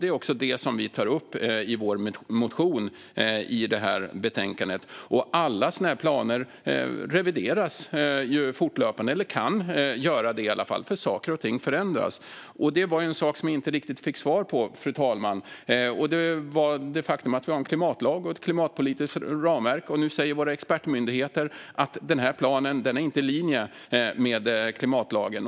Det är också det vi tar upp i vår motion i det här betänkandet. Alla sådana här planer revideras, eller kan i alla fall revideras, fortlöpande. Saker och ting förändras. Fru talman! Det var en sak som jag inte riktigt fick svar på: faktumet att vi har en klimatlag och ett klimatpolitiskt ramverk. Nu säger våra expertmyndigheter att den här planen inte är i linje med klimatlagen.